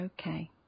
Okay